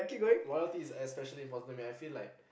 loyalty is especially important to me I feel like